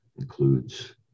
includes